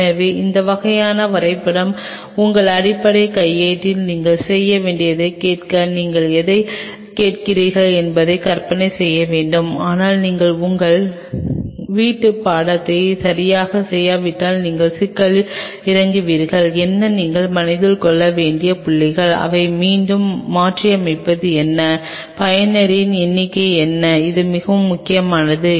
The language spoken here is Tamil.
எனவே இந்த வகையான வரைபடங்கள் உங்கள் அடிப்படை கையேட்டில் நீங்கள் செய்ய வேண்டியதைக் கேட்க நீங்கள் எதைக் கேட்கிறீர்கள் என்பதைக் கற்பனை செய்ய வேண்டும் ஆனால் நீங்கள் உங்கள் வீட்டுப்பாடத்தை சரியாகச் செய்யாவிட்டால் நீங்கள் சிக்கலில் இறங்குவீர்கள் என்ன நீங்கள் மனதில் கொள்ள வேண்டிய புள்ளிகள் அதை மீண்டும் மாற்றியமைப்பது என்ன பயனரின் எண்ணிக்கை என்ன இது மிகவும் முக்கியமானது